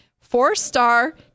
four-star